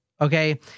okay